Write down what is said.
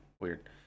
Weird